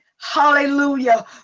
hallelujah